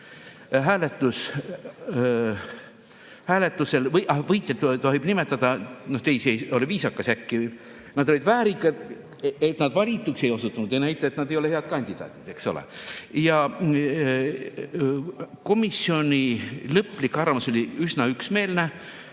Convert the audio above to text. hääletusel. Võitjat tohib nimetada, teisi ei ole äkki viisakas. Nad olid väärikad – see, et nad valituks ei osutunud, ei näita, et nad ei ole head kandidaadid, eks ole. Ja komisjoni lõplik arvamus oli üsna üksmeelne: